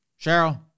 Cheryl